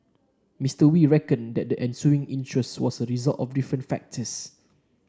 Mister Wee reckoned that the ensuing interest was a result of different factors